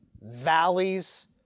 valleys